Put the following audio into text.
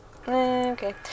okay